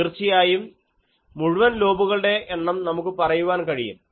തീർച്ചയായും മുഴുവൻ ലോബുകളുടെ എണ്ണം നമുക്ക് പറയുവാൻ കഴിയും